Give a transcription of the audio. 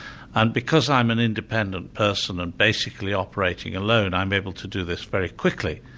and because i'm an independent person and basically operating alone, i'm able to do this very quickly.